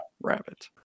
Rabbit